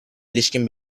ilişkin